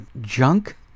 junk